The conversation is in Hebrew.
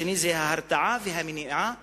השני, ההרתעה והמניעה והחינוך.